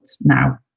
now